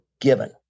given